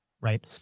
Right